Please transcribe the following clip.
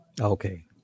Okay